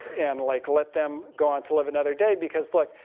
and like let them go on to live another day because look,